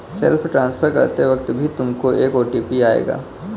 self transfer करते वक्त भी तुमको एक ओ.टी.पी आएगा